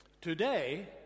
Today